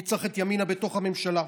מי צריך את ימינה בתוך הממשלה?